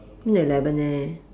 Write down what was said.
eleven eh